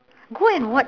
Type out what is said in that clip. go and watch